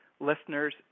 listeners